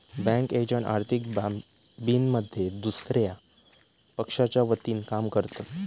bank agent आर्थिक बाबींमध्ये दुसया पक्षाच्या वतीनं काम करतत